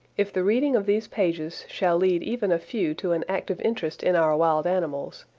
if the reading of these pages shall lead even a few to an active interest in our wild animals,